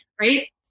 right